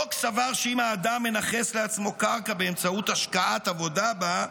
לוק סבר שאם האדם מנכס לעצמו קרקע באמצעות השקעת עבודה בה,